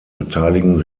beteiligen